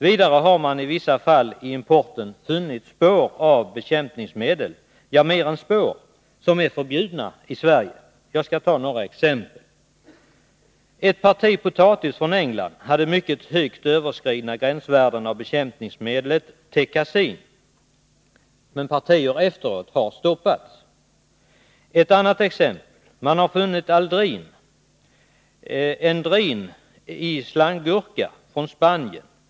Vidare har man i vissa fall i importen funnit spår — och mer än spår — av bekämpningsmedel som är förbjudna i Sverige. Jag skall anföra några exempel. Ett parti potatis från England hade mycket högt överskridna gränsvärden av bekämpningsmedlet Tekasin. Partier efter detta har stoppats. Man har funnit Aldrin — Endrin i slanggurka från Spanien.